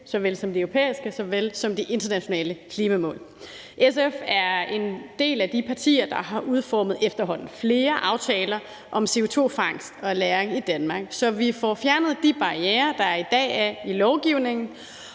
såvel som de europæiske såvel som de internationale klimamål. SF er et af de partier, der har udformet efterhånden flere aftaler om CO2-fangst og -lagring i Danmark, så vi får fjernet de barrierer, der i dag er i lovgivningen,